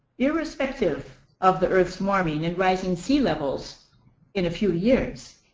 irrespective of the earth's warming and rising sea levels in a few years.